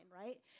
right